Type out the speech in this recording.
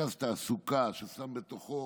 מרכז תעסוקה ששם בתוכו